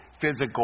physical